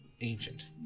ancient